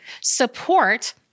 support